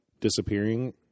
disappearing